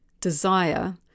desire